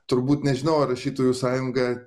turbūt nežinau ar rašytojų sąjunga